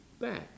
back